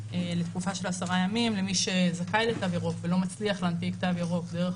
לתקופה של עשרה ימים למי שזכאי לתו ירוק ולא מצליח להנפיק תו ירוק דרך